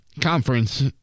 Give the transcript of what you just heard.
conference